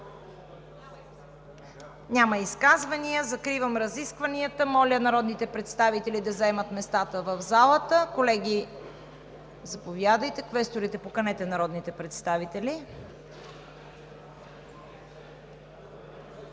Няма изказвания. Закривам разискванията. Моля, народните представители да заемат местата в залата. Квесторите, поканете народните представители.